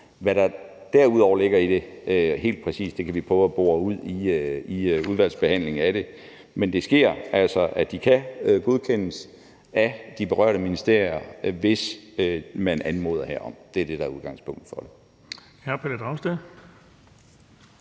Hvad der derudover ligger i det helt præcis, kan vi prøve at bore ud i udvalgsbehandlingen af det. Men det sker altså, at de kan godkendes af de berørte ministerier, hvis man anmoder herom. Det er det, der er udgangspunktet for det.